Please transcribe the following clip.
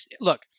look